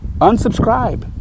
unsubscribe